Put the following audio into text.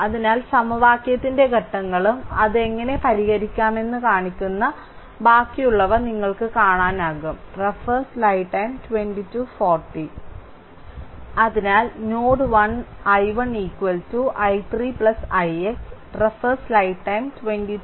അതിനാൽ സമവാക്യത്തിന്റെ ഘട്ടങ്ങളും അത് എങ്ങനെ പരിഹരിക്കാമെന്ന് കാണിക്കുന്ന ബാക്കിയുള്ളവ നിങ്ങൾക്ക് കാണാനാകും അതിനാൽ നോഡ് 1 i1 i3 ix